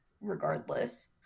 regardless